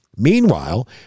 Meanwhile